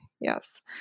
Yes